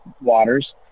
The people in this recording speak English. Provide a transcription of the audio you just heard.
waters